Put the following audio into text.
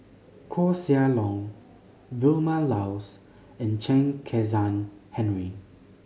Koeh Sia Yong Vilma Laus and Chen Kezhan Henri